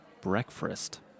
Breakfast